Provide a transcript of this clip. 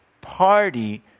party